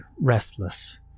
restless